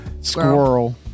Squirrel